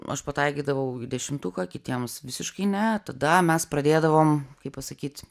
aš pataikydavau į dešimtuką kitiems visiškai ne tada mes pradėdavom kaip pasakyt